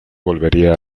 volvería